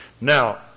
Now